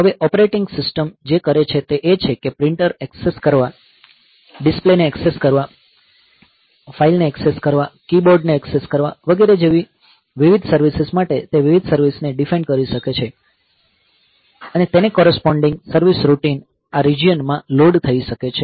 હવે operating system જે કરે છે તે એ છે કે પ્રિન્ટર ઍક્સેસ કરવા ડિસ્પ્લે ને ઍક્સેસ કરવા ફાઇલ ને ઍક્સેસ કરવા કીબોર્ડ ને ઍક્સેસ કરવા વગેરે જેવી વિવિધ સર્વિસીસ માટે તે વિવિધ સર્વિસીસને ડિફાઇન કરી શકે છે અને તેને કોરસપોન્ડીંગ સર્વીસ રૂટીન આ રિજિયન માં લોડ થઈ શકે છે